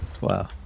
Wow